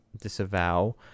disavow